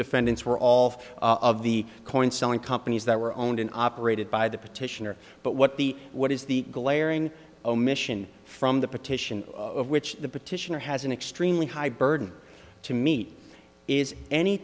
defendants were all of the coin selling companies that were owned and operated by the petitioner but what the what is the glaring omission from the petition which the petitioner has an extremely high burden to meet is any